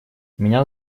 меня